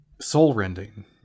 soul-rending